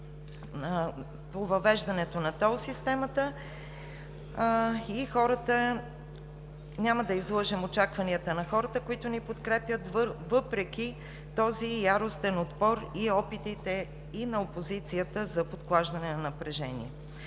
по въвеждането на тол системата. Няма да излъжем очакванията на хората, които ни подкрепят, въпреки този яростен отпор и опитите и на опозицията за подклаждане на напрежение.